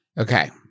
Okay